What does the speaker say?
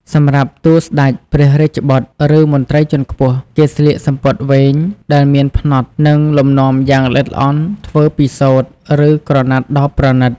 សម្រាប់តួស្តេច ព្រះរាជបុត្រ ឬមន្ត្រីជាន់ខ្ពស់ គេស្លៀកសំពត់វែងដែលមានផ្នត់ និងលំនាំយ៉ាងល្អិតល្អន់ធ្វើពីសូត្រ ឬក្រណាត់ដ៏ប្រណីត។